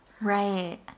Right